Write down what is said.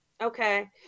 okay